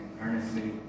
earnestly